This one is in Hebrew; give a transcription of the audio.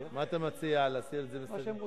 מה שהם מבקשים.